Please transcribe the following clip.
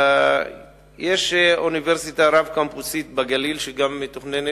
יש אוניברסיטה רב-קמפוסית בגליל שגם היא מתוכננת,